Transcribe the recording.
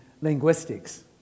linguistics